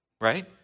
Right